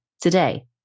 today